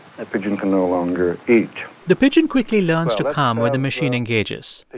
ah pigeon can no longer eat the pigeon quickly learns to come when the machine engages.